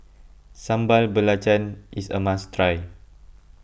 Sambal Belacan is a must try